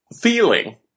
Feeling